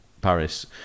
Paris